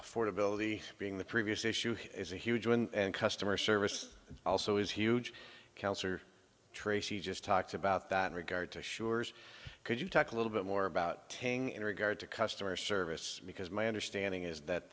affordability being the previous issue is a huge win and customer service also is huge cancer tracy just talks about that in regard to sure could you talk a little bit more about tang in regard to customer service because my understanding is that